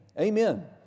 Amen